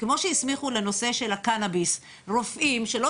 כמו שהסמיכו לנושא של הקנאביס רופאים שלא